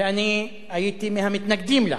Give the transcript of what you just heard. שאני הייתי מהמתנגדים לה,